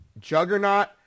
juggernaut